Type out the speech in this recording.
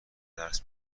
درس